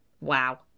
Wow